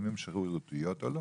האם הן שרירותיות או לא.